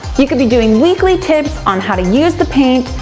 you could be doing weekly tips on how to use the paint,